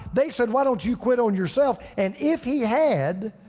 they said, why don't you quit on yourself? and if he had,